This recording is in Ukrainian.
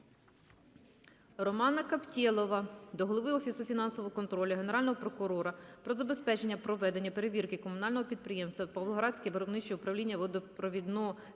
Романа Каптєлова до голови Офісу фінансового контролю, Генерального прокурора про забезпечення проведення перевірки Комунального підприємства "Павлоградське виробниче управління водопровідно-каналізаційного